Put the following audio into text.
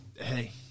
Hey